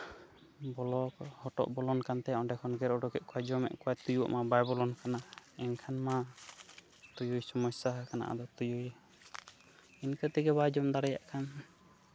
ᱵᱚᱞᱚ ᱦᱚᱴᱚᱜ ᱵᱚᱞᱚᱜ ᱠᱟᱱ ᱛᱟᱭᱟ ᱚᱸᱰᱮ ᱠᱷᱚᱱ ᱜᱮ ᱚᱨ ᱩᱰᱩᱠᱮᱫ ᱠᱚᱣᱟᱭ ᱡᱚᱢᱮᱫ ᱠᱚᱣᱟᱭ ᱟᱨ ᱛᱩᱭᱩ ᱟᱜ ᱢᱟ ᱵᱟᱭ ᱵᱚᱞᱚᱱ ᱠᱟᱱᱟ ᱮᱱᱠᱷᱟᱱ ᱢᱟ ᱛᱩᱭᱩᱭ ᱥᱚᱢᱚᱥᱥᱟ ᱟᱠᱟᱱᱟ ᱟᱫᱚ ᱛᱩᱭᱩᱭ ᱤᱱᱠᱟᱹ ᱛᱮᱜᱮ ᱵᱟᱭ ᱡᱚᱢ ᱫᱟᱲᱮᱭᱟᱜ ᱠᱟᱱ